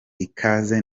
ikaze